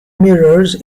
mirrors